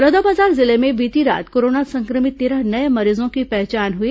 बलौदाबाजार जिले में बीती रात कोरोना संक्रमित तेरह नये मरीजों की पहचान हुई